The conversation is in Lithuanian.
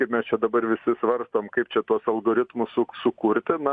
kaip mes čia dabar visi svarstom kaip čia tuos algoritmus suk sukurti na